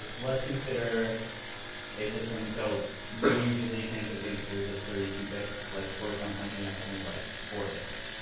let's consider a system so we usually think of integers as thirty two bits. let's work on something that's only like four bits.